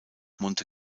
monte